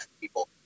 people